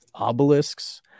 obelisks